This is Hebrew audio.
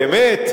באמת,